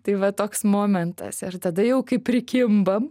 tai va toks momentas ir tada jau kaip prikimbam